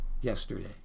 yesterday